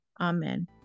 amen